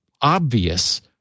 obvious